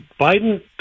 Biden